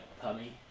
pummy